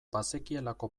bazekielako